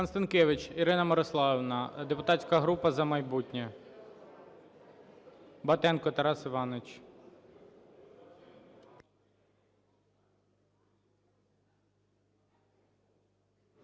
депутатська група "За майбутнє". Батенко Тарас Іванович.